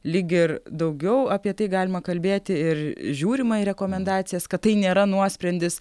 lyg ir daugiau apie tai galima kalbėti ir žiūrima į rekomendacijas kad tai nėra nuosprendis